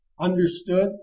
understood